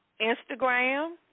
Instagram